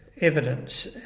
evidence